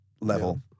level